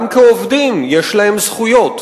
גם כעובדים יש להם זכויות.